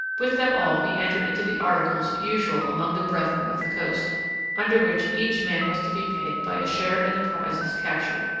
with them all he entered into the articles usual among the brethren of the coast under which each man was to be paid by a share in the prizes captured.